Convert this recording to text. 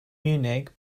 munich